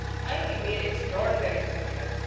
i may be an extraordinary specimen,